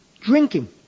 drinking